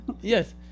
Yes